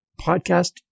podcast